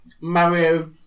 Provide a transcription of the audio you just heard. Mario